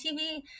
TV